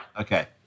okay